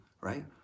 right